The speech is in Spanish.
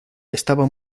estaba